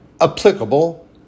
applicable